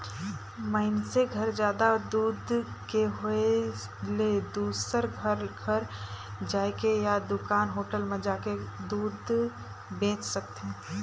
मइनसे घर जादा दूद के होय ले दूसर घर घर जायके या दूकान, होटल म जाके दूद बेंच सकथे